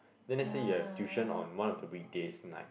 then let's say you have tuition on one of the weekdays night